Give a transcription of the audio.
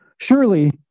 Surely